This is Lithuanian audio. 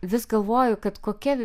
vis galvoju kad kokia